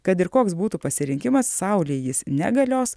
kad ir koks būtų pasirinkimas saulei jis negalios